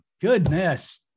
goodness